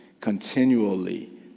continually